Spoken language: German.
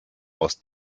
aus